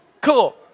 Cool